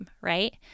right